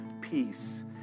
peace